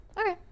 Okay